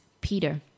Peter